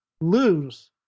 lose